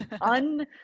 un